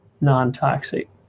non-toxic